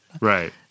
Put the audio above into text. right